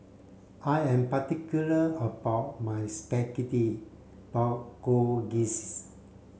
I am particular about my Spaghetti Bolognese